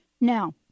Now